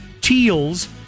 teals